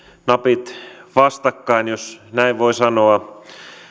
napit vastakkain jos näin voi sanoa